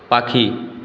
পাখি